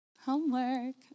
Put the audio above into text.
Homework